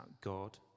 God